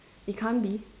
it can't be